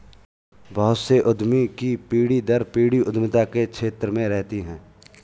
बहुत से उद्यमी की पीढ़ी दर पीढ़ी उद्यमिता के क्षेत्र में रहती है